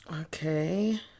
Okay